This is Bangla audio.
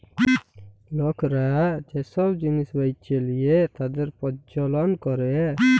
লকরা যে সব জিলিস বেঁচে লিয়ে তাদের প্রজ্বলল ক্যরে